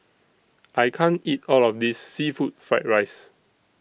I can't eat All of This Seafood Fried Rice